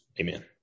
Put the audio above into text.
Amen